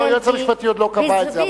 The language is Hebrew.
היועץ המשפטי עוד לא קבע את זה,